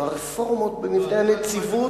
הלוא הרפורמות במבנה הנציבות,